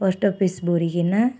post office ବୁରିଗିନା